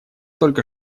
только